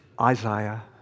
Isaiah